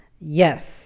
yes